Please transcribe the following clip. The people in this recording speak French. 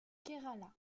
kerala